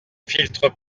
filtres